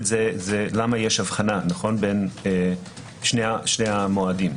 אליו זה למה יש הבחנה בין שני המועדים.